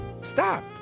Stop